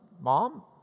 mom